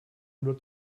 nur